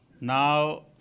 Now